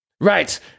Right